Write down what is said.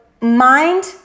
mind